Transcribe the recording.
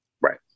Right